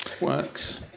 Works